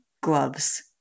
gloves